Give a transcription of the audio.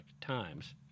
Times